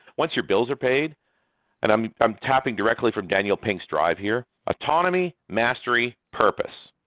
once your bills are paid and i'm i'm tapping directly from daniel pink's drive here autonomy, mastery, purpose.